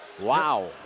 Wow